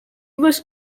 was